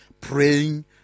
praying